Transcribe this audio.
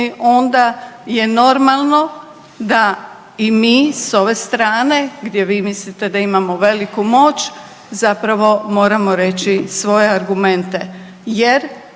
onda je normalno da i mi s ove strane, gdje vi mislite da imamo veliku moć zapravo moramo reći svoje argumente